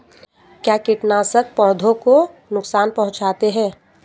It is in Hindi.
क्या कीटनाशक पौधों को नुकसान पहुँचाते हैं?